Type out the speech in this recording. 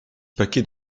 paquets